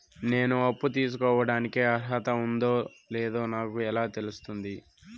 నేను అప్పు తీసుకోడానికి అర్హత ఉందో లేదో నాకు ఎలా తెలుస్తుంది?